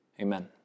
Amen